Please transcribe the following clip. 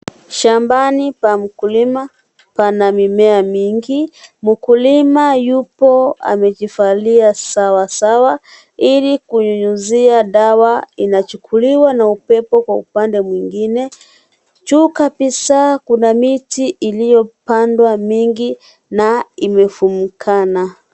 Shambani pa mkulima pana mimea mingi. Mkulima yuko amevalia sawasawa ili kunyunyuzia dawa inachukuliwa na upepo kwa upande mwingine. Juu kabisa kuna miti iliyopandwa mengi na imefumukana.